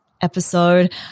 episode